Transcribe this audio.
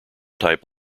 type